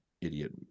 idiot